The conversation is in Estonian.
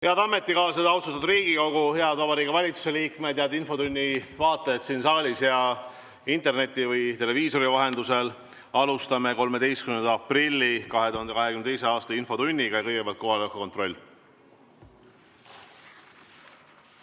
Head ametikaaslased! Austatud Riigikogu! Head Vabariigi Valitsuse liikmed! Head infotunni vaatajad siin saalis ja interneti või televiisori vahendusel! Alustame 13. aprilli 2022. aasta infotundi. Kõigepealt kohaloleku kontroll.